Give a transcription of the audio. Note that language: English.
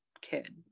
kid